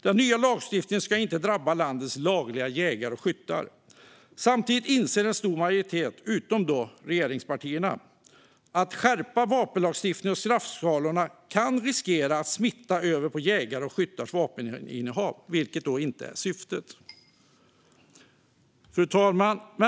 Den nya lagstiftningen ska inte drabba landets lagliga jägare och skyttar. Samtidigt inser en stor majoritet - utom då regeringspartierna - att skärpta vapenlagar och straffskalor riskerar att smitta av sig på jägares och skyttars vapeninnehav, vilket inte är syftet.